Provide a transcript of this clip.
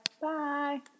Bye